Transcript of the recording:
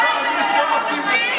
בושה, בושה, בושה.